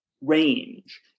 range